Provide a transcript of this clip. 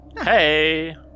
Hey